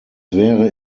wäre